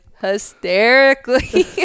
hysterically